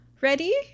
Ready